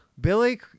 Billy